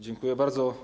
Dziękuję bardzo.